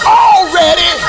already